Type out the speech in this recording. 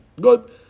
Good